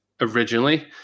originally